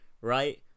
right